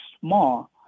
small